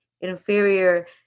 inferior